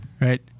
right